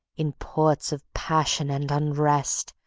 in ports of passion and unrest,